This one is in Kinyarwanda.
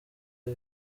ibi